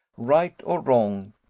right or wrong,